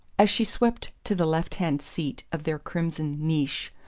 as she swept to the left-hand seat of their crimson niche,